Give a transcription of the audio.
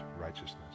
righteousness